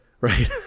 right